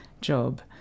job